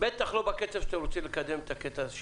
בטח לא בקצב שאתם רוצים לקדם את הקטע של